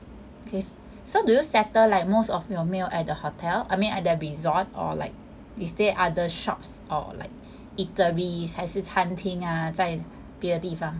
K so do you settle like most of your meal at the hotel I mean at the resort or like is there other shops or like eateries 还是餐厅啊在别的地方